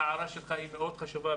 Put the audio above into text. בעיניי ההערה שלך היא מאוד חשובה.